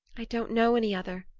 i don't know any other,